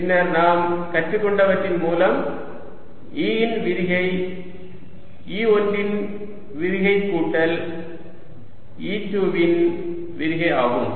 பின்னர் நாம் கற்றுக்கொண்டவற்றின் மூலம் E இன் விரிகை E1 இன் விரிகை கூட்டல் E2 இன் விரிகை ஆகும்